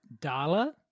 Dala